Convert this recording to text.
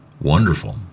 wonderful